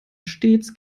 stets